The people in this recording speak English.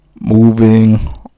Moving